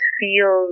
feel